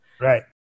Right